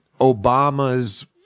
Obama's